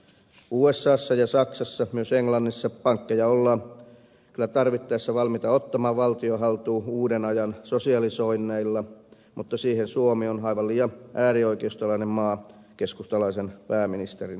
usassa ja saksassa myös englannissa pankkeja ollaan kyllä tarvittaessa valmiita ottamaan valtion haltuun uuden ajan sosialisoinneilla mutta siihen suomi on aivan liian äärioikeistolainen maa keskustalaisen pääministerin johdolla